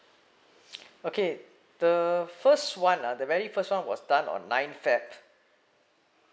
okay the first one ah the very first one was done on nine feb